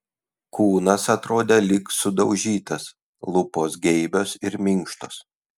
kūnas atrodė lyg sudaužytas lūpos geibios ir minkštos